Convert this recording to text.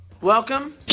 Welcome